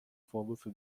vorwürfe